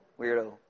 weirdo